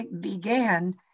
began